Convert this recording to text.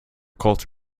colt